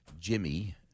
Jimmy